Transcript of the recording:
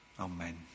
Amen